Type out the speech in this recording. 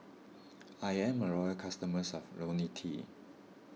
I am a loyal customer of Ionil T